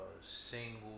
single